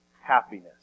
happiness